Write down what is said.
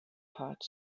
part